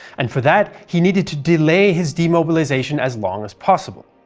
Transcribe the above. and for that, he needed to delay his demobilization as long as possible.